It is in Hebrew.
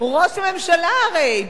ראש הממשלה הרי,